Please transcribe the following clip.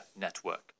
Network